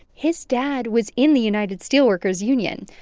his dad was in the united steelworkers union,